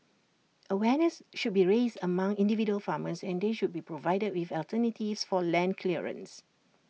awareness should be raised among individual farmers and they should be provided with alternatives for land clearance